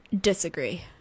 Disagree